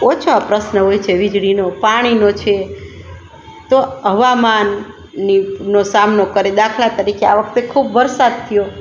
ઓછા પ્રશ્ન હોય છે વીજળીનો પાણીનો છે તો હવામાનની નો સામનો કરે દાખલા તરીકે આ વખતે ખૂબ વરસાદ થયો